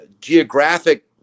geographic